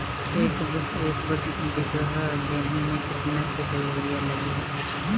एक बीगहा गेहूं में केतना किलो युरिया लागी?